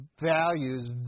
values